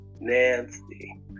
Nancy